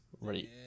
ready